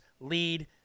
lead